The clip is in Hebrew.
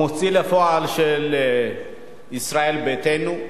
המוציא לפועל של ישראל ביתנו.